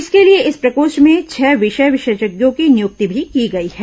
इसके लिए इस प्रकोष्ठ में छह विषय विशेषज्ञों की नियुक्ति भी की गई है